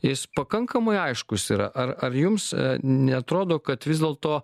jis pakankamai aiškus yra ar jums neatrodo kad vis dėlto